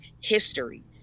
history